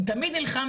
אני תמיד נלחמתי,